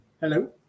hello